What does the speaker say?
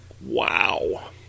wow